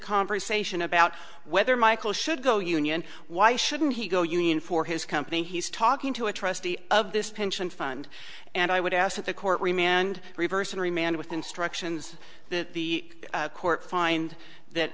conversation about whether michael should go union why shouldn't he go union for his company he's talking to a trustee of this pension fund and i would ask that the court remain and reverse and remain with instructions that the court find